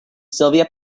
sylvia